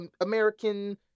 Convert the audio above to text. american